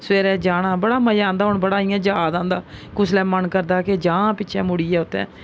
सवेरै जाना बड़ा मजा आंदा हून बड़ा इ'यां जाद आंदा कुसलै मन करदा के जां पिच्छै मुड़ियै उत्थै